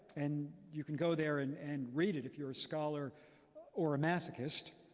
and you can go there and and read it, if you're a scholar or a masochist.